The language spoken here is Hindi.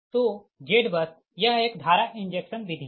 तो ZBUS यह एक धारा इंजेक्शन विधि है